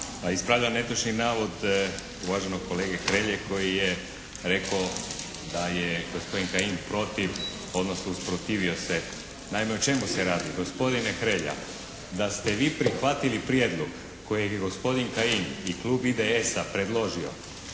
Ispravljam netočni navod uvaženog kolege Hrelje koji je rako da je gospodin Kajin protiv, odnosno usprotivio se. Naime o čemu se radi? Gospodine Hrelja da ste vi prihvatili prijedlog kojeg je gospodin Kajin i klub IDS-a predložio,